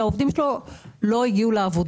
שהעובדים שלו לא הגיעו לעבודה.